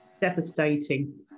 devastating